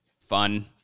fun